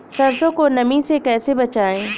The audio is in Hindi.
सरसो को नमी से कैसे बचाएं?